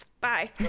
bye